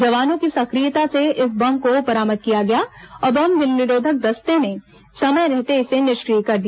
जवानों की सक्रियता से इस बम को बरामद किया गया और बम निरोधक दस्ते ने समय रहते इसे निष्क्रिय कर दिया